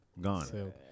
gone